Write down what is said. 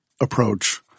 approach